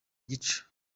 gica